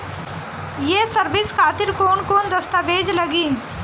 ये सर्विस खातिर कौन कौन दस्तावेज लगी?